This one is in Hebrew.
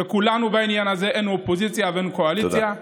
כולנו בעניין הזה, ואין אופוזיציה ואין קואליציה.